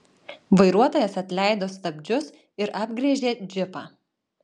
vairuotojas atleido stabdžius ir apgręžė džipą